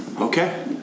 Okay